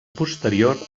posterior